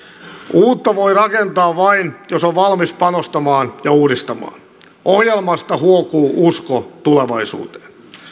uutta voi rakentaa vain jos on valmis panostamaan ja uudistamaan ohjelmasta huokuu usko tulevaisuuteen